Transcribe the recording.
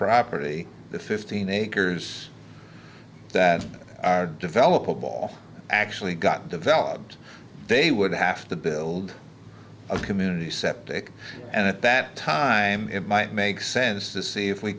property the fifteen acres that are developer ball actually got developed they would have to build a community septic and at that time it might make sense to see if we